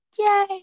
Yay